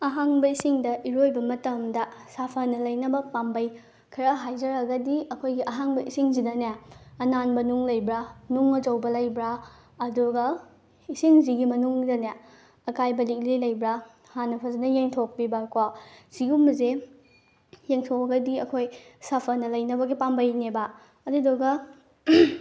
ꯑꯍꯥꯡꯕ ꯏꯁꯤꯡꯗ ꯏꯔꯣꯏꯕ ꯃꯇꯝꯗ ꯁꯥꯐꯅ ꯂꯩꯅꯕ ꯄꯥꯝꯕꯩ ꯈꯔ ꯍꯥꯏꯖꯔꯒꯗꯤ ꯑꯩꯈꯣꯏꯒꯤ ꯑꯍꯥꯡꯕ ꯏꯁꯤꯡꯁꯤꯗꯅꯦ ꯑꯅꯥꯟꯕ ꯅꯨꯡ ꯂꯩꯕ꯭ꯔ ꯅꯨꯡ ꯑꯆꯧꯕ ꯂꯩꯕ꯭ꯔ ꯑꯗꯨꯒ ꯏꯁꯤꯡꯁꯤꯒꯤ ꯃꯅꯨꯡꯗꯅꯦ ꯑꯀꯥꯏꯕ ꯂꯤꯛꯂꯤ ꯂꯩꯕ꯭ꯔ ꯍꯥꯟꯅ ꯐꯖꯅ ꯌꯦꯡꯊꯣꯛꯄꯤꯕꯀꯣ ꯁꯤꯒꯨꯝꯕꯁꯦ ꯌꯦꯡꯊꯣꯛꯑꯒꯗꯤ ꯑꯩꯈꯣꯏ ꯁꯥꯐꯅ ꯂꯩꯕꯅꯒꯤ ꯄꯥꯝꯕꯩꯅꯦꯕ ꯑꯗꯨꯗꯨꯒ